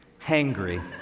Hangry